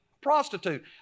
prostitute